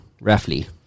roughly